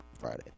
friday